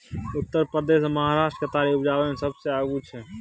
उत्तर प्रदेश आ महाराष्ट्र केतारी उपजाबै मे सबसे आगू छै